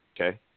Okay